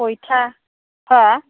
सयता हो